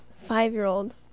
five-year-old